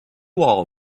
all